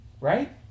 Right